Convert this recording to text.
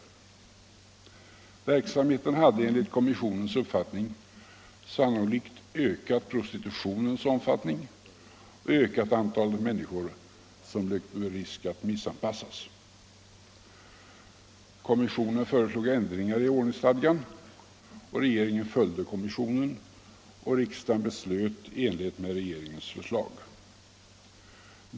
Verksamheten hade enligt kommissionens uppfattning sannolikt ökat prostitutionens omfattning och ökat antalet människor som löpte risk att missanpassas. Kommissionen föreslog ändringar i ordningsstadgan, regeringen följde kommissionen, och riksdagen beslöt i enlighet med regeringens förslag.